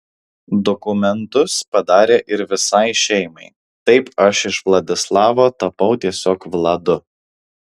dokumentus padarė ir visai šeimai taip aš iš vladislavo tapau tiesiog vladu